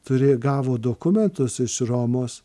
turėjo gavo dokumentus iš romos